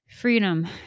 freedom